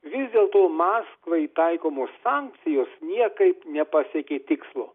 vis dėlto maskvai taikomos sankcijos niekaip nepasiekė tikslo